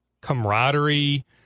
camaraderie